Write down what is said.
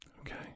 Okay